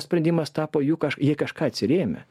sprendimas tapo juk aš jie į kažką atsirėmė